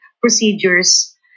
procedures